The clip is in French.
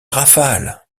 rafale